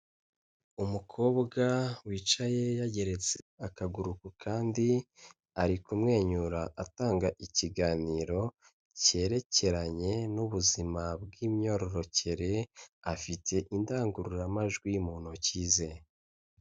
Umukobwa wicaye yagereretse akaguru ku kandi, ari kumwenyura atanga ikiganiro cyerekeranye n'ubuzima bw'imyororokere, afite indangururamajwi mu ntoki ze.